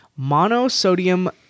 monosodium